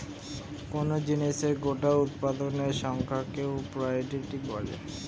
কোন জিনিসের গোটা উৎপাদনের সংখ্যাকে প্রডিউস বলে